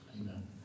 Amen